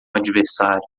adversário